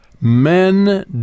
Men